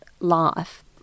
life